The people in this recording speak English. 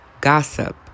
gossip